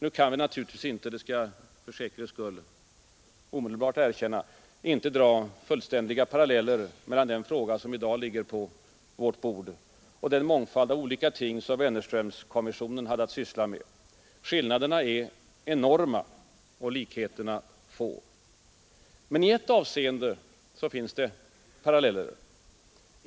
Nu kan vi naturligtvis inte, det skall jag för säkerhets skull omedelbart erkänna, dra fullständiga paralleller mellan den fråga som i dag ligger på vårt bord och den mångfald av olika ting som Wennerströmkommissionen hade att syssla med. Skillnaderna är enorma och likheterna få. Men i ett avseende finns det paralleller.